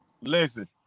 Listen